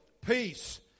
peace